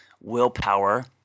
willpower